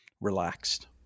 relaxed